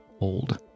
old